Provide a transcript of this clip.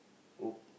oh